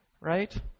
right